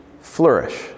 flourish